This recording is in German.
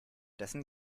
dessen